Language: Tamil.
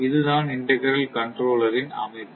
இதுதான் இன்டெக்ரால் கண்ட்ரோலரின் அமைப்பு